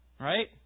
Right